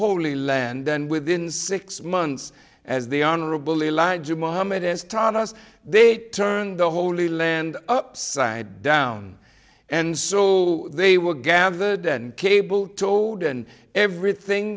holy land then within six months as the honorable elijah muhammad has taught us they turned the holy land upside down and so they were gathered and cable told and everything